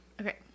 Okay